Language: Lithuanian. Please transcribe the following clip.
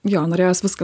jo norėjos viską